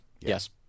yes